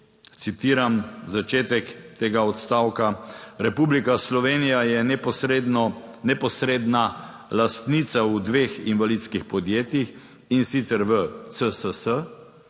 citiram začetek tega odstavka: "Republika Slovenija je neposredno, neposredna lastnica v dveh invalidskih podjetjih, in sicer v CSS